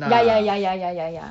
ya ya ya ya ya ya ya